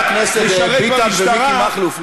חברי הכנסת ביטן ומיקי מכלוף,